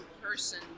person